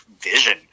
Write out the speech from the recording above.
vision